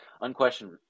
unquestioned